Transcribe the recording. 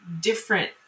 different